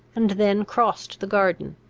and then crossed the garden,